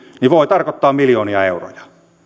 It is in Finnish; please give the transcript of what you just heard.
voi tarkoittaa miljoonia euroja